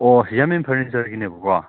ꯑꯣ ꯌꯥꯝꯕꯦꯝ ꯐꯔꯅꯤꯆꯔꯒꯤꯅꯦꯕ ꯀꯣ